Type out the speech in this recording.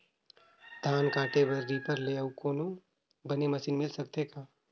धान काटे बर रीपर ले अउ कोनो बने मशीन मिल सकथे का?